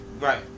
Right